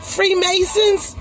Freemasons